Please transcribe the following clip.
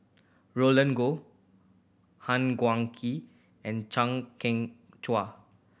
Roland Goh Han Guangwei and Chang Kheng Chuan